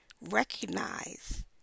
recognize